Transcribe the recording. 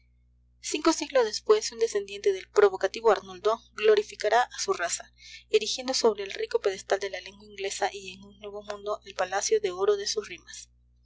cinco siglos después un descendiente del provocativo arnoldo glorificará a su raza erigiendo sobre el rico pedestal de la lengua inglesa y en un nuevo mundo el palacio de oro de sus rimas